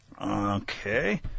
Okay